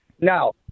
now